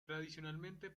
tradicionalmente